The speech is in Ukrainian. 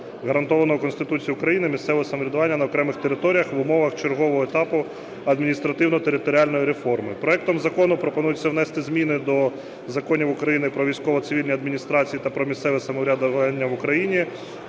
гарантованої Конституцією України, місцевого самоврядування на окремих територіях в умовах чергового етапу адміністративно-територіальної реформи. Проектом закону пропонується внести зміни до законів України "Про військово-цивільні адміністрації" та "Про місцеве самоврядування в Україні",